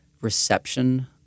reception